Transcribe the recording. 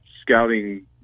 scouting